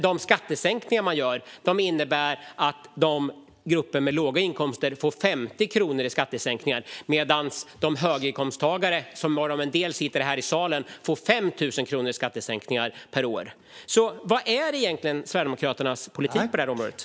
De skattesänkningar man gör innebär ju att grupper med låga inkomster får 50 kronor i skattesänkning per år medan höginkomsttagarna, varav en del sitter här i salen, får 5 000 kronor i skattesänkningar? Vad är egentligen Sverigedemokraternas politik på det här området?